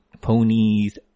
ponies